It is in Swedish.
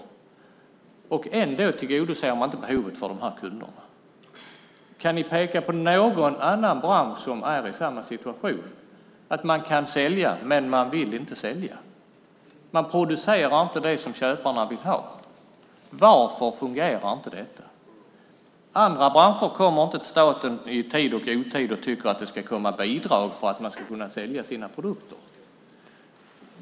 Ändå tillgodoser man inte dessa kunders behov. Kan ni peka på någon annan bransch som är i samma situation, att man kan sälja men inte vill? Man producerar inte det köparna vill ha. Varför fungerar inte detta? Andra branscher kommer inte till staten i tid och otid och tycker att det ska komma bidrag för att man ska kunna sälja sina produkter.